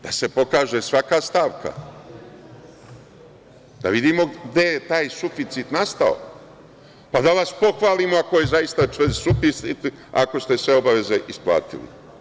Treba da se pokaže svaka stavka, da vidimo gde je taj suficit nastao, pa da vas pohvalim ako je zaista suficit, ako ste sve obaveze isplatili.